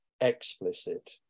explicit